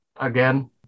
again